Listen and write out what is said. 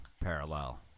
parallel